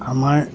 আমাৰ